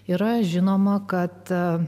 yra žinoma kad